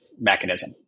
mechanism